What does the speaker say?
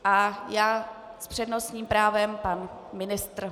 S přednostním právem pan ministr.